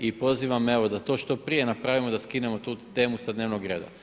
I pozivam evo da to što prije napravimo da skinemo tu temu sa dnevnog reda.